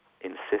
insist